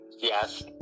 Yes